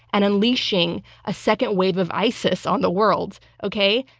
and unleashing a second wave of isis on the world. okay,